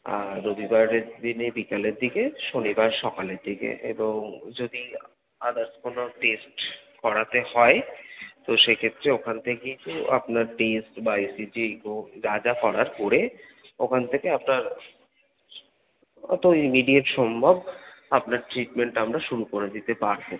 আর রবিবারের দিনে বিকেলের দিকে শনিবার সকালের দিকে এবং যদি আদার্স কোনো টেস্ট করাতে হয় তো সে ক্ষেত্রে ওখান থেকেই তো আপনার টেস্ট বা ইসিজি হোক যা যা করার করে ওখান থেকে আপনার অতো ইমিডিয়েট সম্ভব আপনার ট্রিটমেন্ট আমরা শুরু করে দিতে পারবো